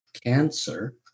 cancer